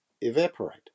evaporate